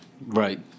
Right